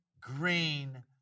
green